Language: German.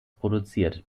produziert